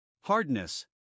Hardness